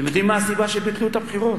אתם יודעים מה הסיבה שביטלו את הבחירות?